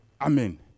Amen